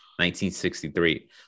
1963